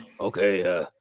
okay